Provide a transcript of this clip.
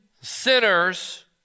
sinners